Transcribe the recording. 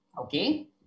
Okay